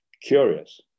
curious